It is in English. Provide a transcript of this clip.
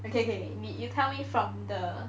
okay okay you tell me from the